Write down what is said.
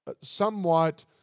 somewhat